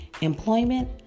employment